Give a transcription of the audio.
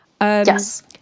Yes